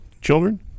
Children